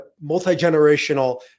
multi-generational